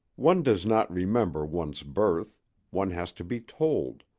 one does not remember one's birth one has to be told.